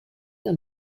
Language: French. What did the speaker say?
dans